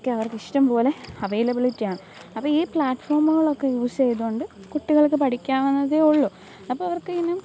ഒക്കെ അവർക്ക് ഇഷ്ടംപോലെ അവൈലബിലിറ്റി ആണ് അപ്പോള് ഈ പ്ലാറ്റ്ഫോമുകളൊക്കെ യൂസ് ചെയ്തുകൊണ്ട് കുട്ടികൾക്ക് പഠിക്കാവുന്നതേ ഉള്ളു അപ്പോള് അവർക്ക്